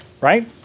right